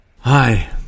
Hi